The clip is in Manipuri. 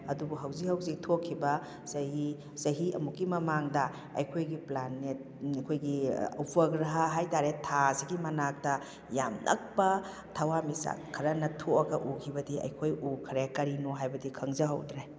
ꯑꯗꯨꯕꯨ ꯍꯧꯖꯤꯛ ꯍꯧꯖꯤꯛ ꯊꯣꯛꯈꯤꯕ ꯆꯍꯤ ꯆꯍꯤ ꯑꯃꯨꯛꯀꯤ ꯃꯃꯥꯡꯗ ꯑꯩꯈꯣꯏꯒꯤ ꯄ꯭ꯂꯥꯅꯦꯠ ꯑꯩꯈꯣꯏꯒꯤ ꯎꯄꯒ꯭ꯔꯍ ꯍꯥꯏ ꯇꯥꯔꯦ ꯊꯥꯁꯤꯒꯤ ꯃꯅꯥꯛꯇ ꯌꯥꯝ ꯅꯛꯄ ꯊꯋꯥꯟ ꯃꯤꯆꯥꯛ ꯈꯔꯅ ꯊꯣꯛꯑꯒ ꯎꯒꯤꯕꯗꯤ ꯑꯩꯈꯣꯏ ꯎꯈꯔꯦ ꯀꯔꯤꯅꯣ ꯍꯥꯏꯕꯗꯤ ꯈꯪꯖꯍꯧꯗ꯭ꯔꯦ